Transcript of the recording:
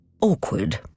awkward